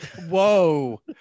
Whoa